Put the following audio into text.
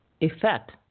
effect